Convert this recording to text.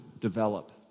develop